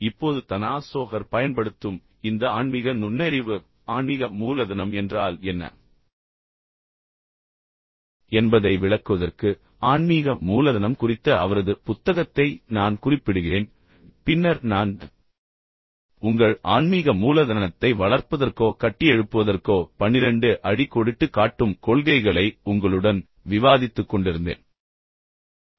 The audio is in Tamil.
இப்போது தனா சோஹர் பயன்படுத்தும் இந்த ஆன்மீக நுண்ணறிவு ஆன்மீக மூலதனம் என்றால் என்ன என்பதை விளக்குவதற்கு ஆன்மீக மூலதனம் குறித்த அவரது புத்தகத்தை நான் குறிப்பிடுகிறேன் பின்னர் நான் உங்கள் ஆன்மீக மூலதனத்தை வளர்ப்பதற்கோ கட்டியெழுப்புவதற்கோ 12 அடிக்கோடிட்டுக் காட்டும் கொள்கைகளை உங்களுடன் விவாதித்துக்கொண்டிருந்தேன்